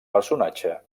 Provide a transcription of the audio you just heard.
personatge